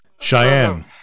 Cheyenne